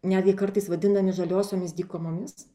netgi kartais vadinami žaliosiomis dykumomis